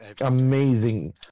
amazing